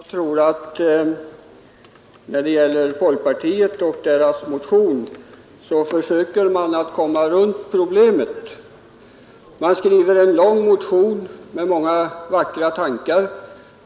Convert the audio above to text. Herr talman! Jag tror att när det gäller folkpartiet och dess motion, så försöker man att komma runt problemet. Man skriver en lång motion med många vackra tankar.